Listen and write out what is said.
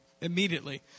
immediately